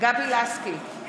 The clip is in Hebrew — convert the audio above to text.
גבי לסקי,